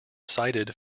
cited